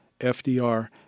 FDR